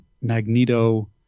Magneto